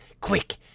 Quick